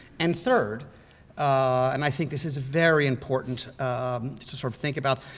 and third and i think this is very important um to sort of think about,